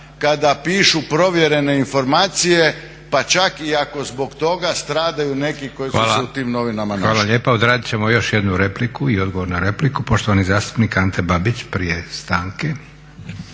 kada pišu provjerene informacije pa čak i ako zbog toga stradaju neki koji su se u tim novinama našli.